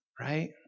right